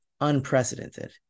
unprecedented